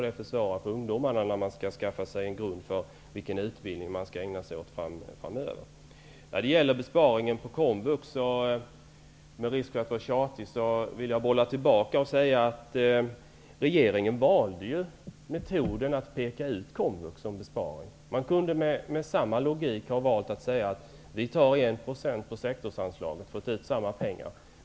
Det försvårar också för ungdomarna när de skall skaffa sig en grund inför en utbildning som de skall ägna sig åt framöver. Med risk för att vara tjatig, vill jag när det gäller besparingen på Komvux, bolla tillbaka och säga att regeringen valde metoden att peka ut att man skulle spara på Komvux. Man kunde med samma logik ha valt att säga att man skall ta 1 % av sektorsanslaget, och då hade man fått ut samma summa pengar.